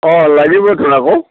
অঁ লাগিবতোন আকৌ